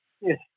Yes